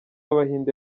abahinde